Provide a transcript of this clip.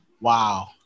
Wow